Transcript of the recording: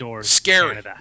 Scary